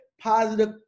positive